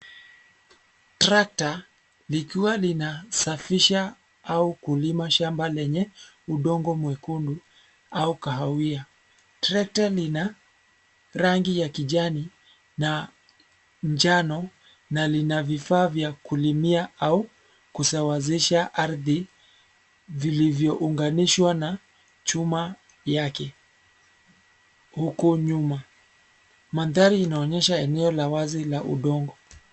Trekta likiwa linasafisha au kulima shamba lenye udongo mwekundu au kahawia. Trekta lina rangi ya kijani na njano na lina vifaa vya kulimia au kusawazisha ardhi vilivyounganishwa na chuma yake huku nyuma. Mandhari inaonyesha eneo la wazi la udongo.